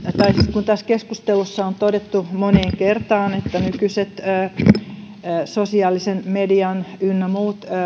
kun tässä keskustelussa on todettu moneen kertaan että nykyiset sosiaalisen median ynnä muut